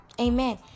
Amen